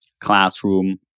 classroom